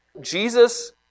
Jesus